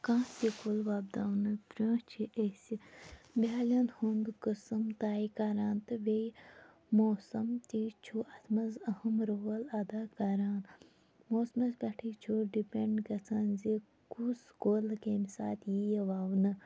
کانٛہہ تہِ کُل وۄبداونہٕ برونٛہہ چھ أسۍ بیالٮ۪ن ہُنٛد قسم تاے کَران تہٕ بیٚیہِ موسَم تہِ چھُ اتھ مَنٛز اَہَم رول اَدا کَران موسمَس پیٚٹھے چھُ ڈِپیٚنڈ گَژھان زِ کُس کُل کمہِ ساتہٕ یِیہِ وَونہٕ